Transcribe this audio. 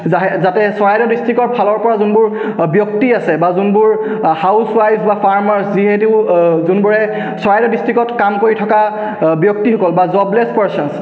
যাতে চৰাইদেউ ডিষ্ট্ৰিক্টৰ ফালৰ পৰা যোনবোৰ ব্যক্তি আছে বা যোনবোৰ হাউচৱাইফ বা ফাৰ্মাৰ যিহেতু যোনবোৰে চৰাইদেউ ডিষ্ট্ৰিক্টত কাম কৰি থকা ব্যক্তিসকল বা জবলেছ পাৰ্ছনছ